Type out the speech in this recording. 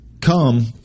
come